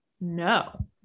No